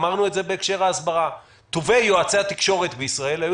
אמרנו את זה בהקשר להסברה: טובי יועצי התקשורת בישראל היו